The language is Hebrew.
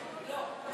לא לא.